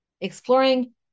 exploring